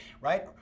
right